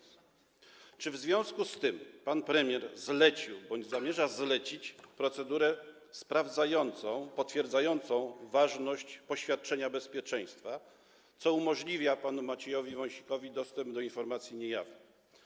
Czy w związku z tym pan premier zlecił bądź zamierza zlecić procedurę sprawdzającą, potwierdzającą ważność poświadczenia bezpieczeństwa, co umożliwia panu Maciejowi Wąsikowi dostęp do informacji niejawnych?